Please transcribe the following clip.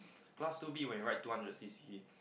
class two B when you ride two hundred C_C